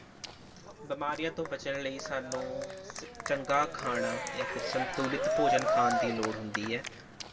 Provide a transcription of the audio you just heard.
ਬਿਮਾਰੀਆਂ ਤੋਂ ਬਚਣ ਲਈ ਸਾਨੂੰ ਸਿ ਚੰਗਾ ਖਾਣਾ ਜਾਂ ਫਿਰ ਸੰਤੁਲਿਤ ਭੋਜਨ ਖਾਣ ਦੀ ਲੋੜ ਹੁੰਦੀ ਹੈ